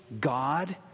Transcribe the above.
God